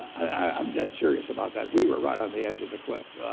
and i'm dead serious about that. we were right on the edge of the cliff.